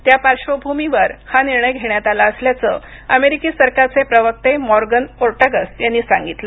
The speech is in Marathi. त्या पार्श्वभूमीवर हा निर्णय घेण्यात आला असल्याचं अमेरिकी सरकारचे प्रवक्ते मॉर्गन ओर्टागस यांनी सांगितलं